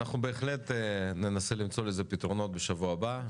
אנחנו בהחלט ננסה למצוא לזה פתרונות בשבוע הבא,